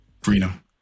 Freedom